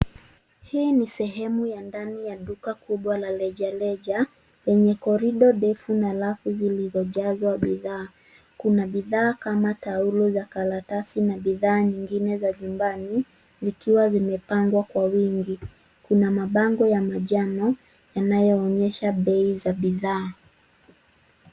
Hii ni sehemu ya ndani ya duka kubwa la rejareja lenye korido ndefu na rafu zilizojazwa bidhaa. Kuna bidhaa kama taulo za karatasi na bidhaa nyingine za nyumbani zikiwa zimepangwa kwa wingi. Kuna mabango ya manjano yanayoonyesha bei za bidhaa.